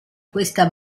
questa